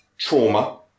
trauma